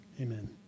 amen